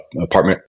apartment